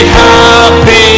happy